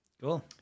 Cool